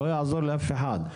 לא יעזור לאף אחד,